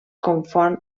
confon